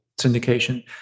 syndication